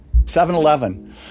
7-Eleven